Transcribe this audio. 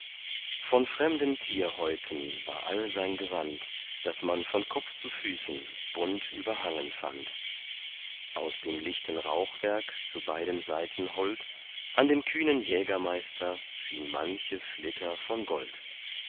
von fremden tierhäuten war all sein gewand das man von kopf zu füßen bunt überhangen fand aus dem lichten rauchwerk zu beiden seiten hold an dem kühnen jägermeister schien manche flitter von gold